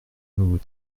nous